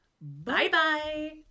Bye-bye